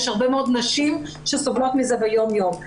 יש הרבה מאוד נשים שסובלות מזה ביום יום.